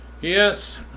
Yes